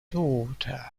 daughter